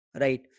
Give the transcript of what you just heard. right